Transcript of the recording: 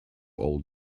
old